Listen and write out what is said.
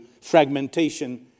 fragmentation